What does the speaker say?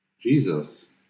Jesus